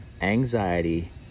anxiety